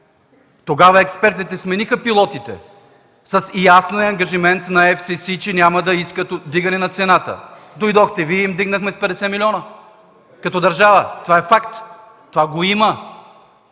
Тогава експертите смениха пилотните с ясния ангажимент на Еф Си Си, че няма да искат вдигане на цената. Дойдохте Вие и им вдигнахме с 50 милиона като държава. Това е факт! Това го има.